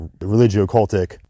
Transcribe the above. religio-cultic